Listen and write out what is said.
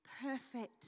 perfect